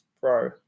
bro